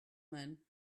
man